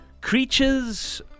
creatures